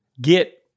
get